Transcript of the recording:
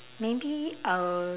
maybe I will